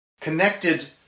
connected